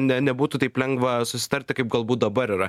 ne nebūtų taip lengva susitarti kaip galbūt dabar yra